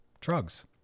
drugs